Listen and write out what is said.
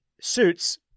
Suits